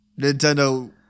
nintendo